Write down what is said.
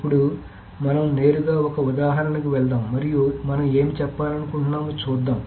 ఇప్పుడు మనం నేరుగా ఒక ఉదాహరణకి వెళ్దాం మరియు మనం ఏమి చెప్పాలనుకుంటున్నామో చూద్దాం